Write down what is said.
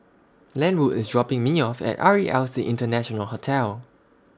Lenwood IS dropping Me off At R E L C International Hotel